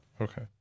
Okay